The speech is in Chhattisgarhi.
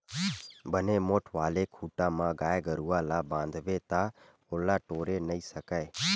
बने मोठ्ठ वाले खूटा म गाय गरुवा ल बांधबे ता ओला टोरे नइ सकय